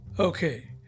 Okay